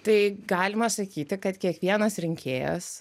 tai galima sakyti kad kiekvienas rinkėjas